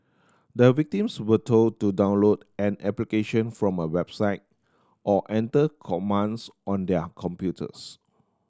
the victims were told to download an application from a website or enter commands on their computers